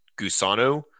Gusano